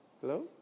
Hello